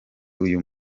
uyu